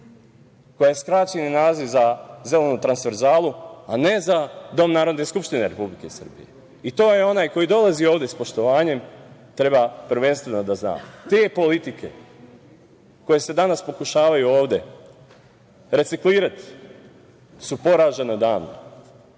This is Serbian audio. koja je skraćeni naziv za „Zelenu transferzalu“, a ne za dom Narodne skupštine Republike Srbije. I to onaj koji dolazi ovde s poštovanjem treba prvenstveno da zna. Te politike koje se danas pokušavaju ovde reciklirati su odavno